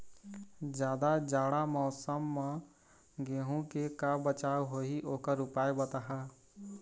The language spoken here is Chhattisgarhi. जादा जाड़ा मौसम म गेहूं के का बचाव होही ओकर उपाय बताहा?